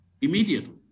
immediately